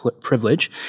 privilege